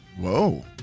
Whoa